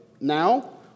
now